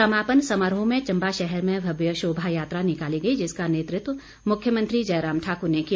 समापन समारोह में चम्बा शहर में भव्य शोभा यात्रा निकाली गई जिसका नेतृत्व मुख्यमंत्री जयराम ठाकुर ने किया